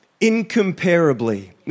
Incomparably